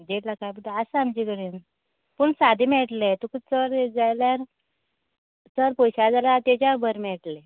देड लाखां भितर आसा आमचे कडेन पूण सादे मेळटलें तुका चड जाय जाल्यार चड पयश्या जाल्यार तेच्या बरें मेळटलें